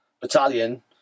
battalion